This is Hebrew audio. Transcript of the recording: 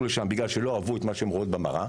לשם בגלל שהן לא אהבו את מה שהן רואות במראה